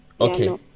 okay